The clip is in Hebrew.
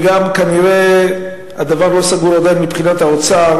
וגם כנראה הדבר לא סגור עדיין מבחינת האוצר